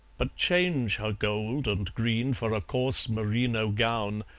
but change her gold and green for a coarse merino gown,